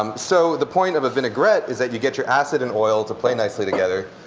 um so the point of a vinaigrette is that you get your acid in oil to play nicely together.